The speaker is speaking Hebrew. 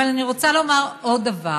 אבל אני רוצה לומר עוד דבר.